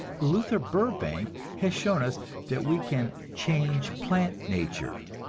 luther burbank has shown us that we can change plant nature.